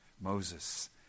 Moses